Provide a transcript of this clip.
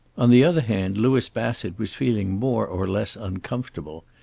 on the other hand, louis bassett was feeling more or less uncomfortable.